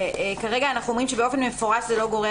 כרגע אנחנו אומרים שבאופן מפורש זה לא גורע